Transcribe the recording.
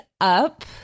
up